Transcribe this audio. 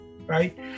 right